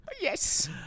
Yes